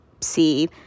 see